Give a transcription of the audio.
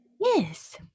Yes